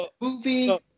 movie